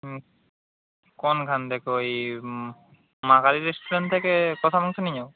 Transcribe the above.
হুম কোনখান থেকে ওই মা কালী রেস্টুরেন্ট থেকে কষা মাংস নিয়ে যাব